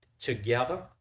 together